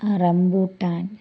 rambutan